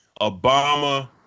Obama